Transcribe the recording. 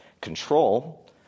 control